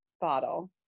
bottle